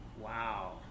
Wow